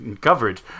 coverage